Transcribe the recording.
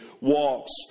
walks